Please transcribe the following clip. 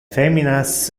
feminas